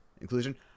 inclusion